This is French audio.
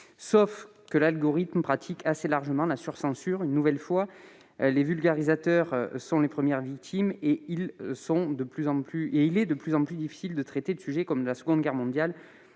l'algorithme pratique assez largement la « surcensure ». Une nouvelle fois, les vulgarisateurs en sont les premières victimes et il est de plus en plus difficile de traiter de sujets comme la Seconde Guerre mondiale